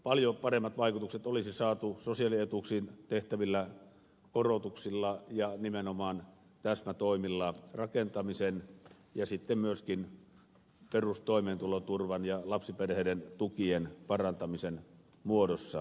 paljon paremmat vaikutukset olisi saatu sosiaalietuuksiin tehtävillä korotuksilla ja nimenomaan täsmätoimilla rakentamisen ja sitten myöskin perustoimeentuloturvan ja lapsiperheiden tukien parantamisen muodossa